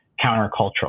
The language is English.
countercultural